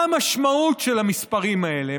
מה המשמעות של המספרים האלה?